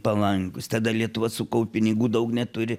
palankūs tada lietuva sukau pinigų daug neturi